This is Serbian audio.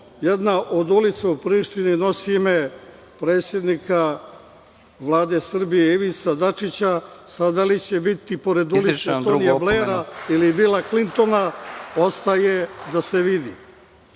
jedna od ulica u Prištini, nosi ime predsednika Vlade Srbije Ivice Dačića. Sad, da li će biti pored ulice Tonije Blara, ili Bila Klintona, ostaje da se